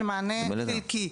אבל מענה חלקי,